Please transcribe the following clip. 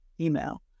email